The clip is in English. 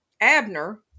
Abner